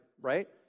right